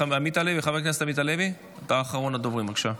חבר הכנסת עמית הלוי, אתה אחרון הדוברים, בבקשה.